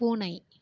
பூனை